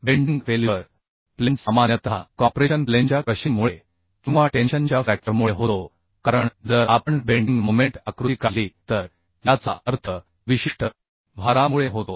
bending failure सामान्यतः compression प्लेनच्या क्रशिंगमुळे किंवा टेन्शन प्लेनच्या फ्रॅक्चरमुळे होतो कारण जर आपण बेंडिंग मोमेंट आकृती काढली तर याचा अर्थ विशिष्ट भारामुळे होतो